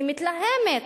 היא מתלהמת.